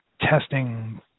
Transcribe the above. testing